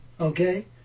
Okay